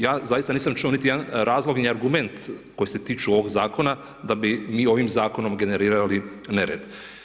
Ja zaista nisam čuo niti jedan razlog ni argument koji se tiču ovog zakona da bi mi ovim zakonom generirali nered.